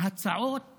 ההצעות